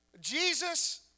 Jesus